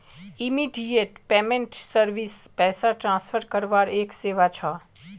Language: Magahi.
इमीडियेट पेमेंट सर्विस पैसा ट्रांसफर करवार एक सेवा छ